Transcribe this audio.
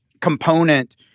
component